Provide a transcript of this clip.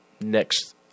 next